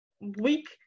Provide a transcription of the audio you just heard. week